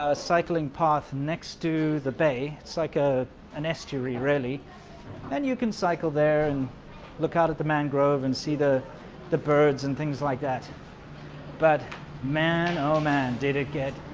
ah cycling path next to the bay it's so like a an estuary really and you can cycle there and look out at the mangrove and see the the birds and things like that but man, oh man, did it get?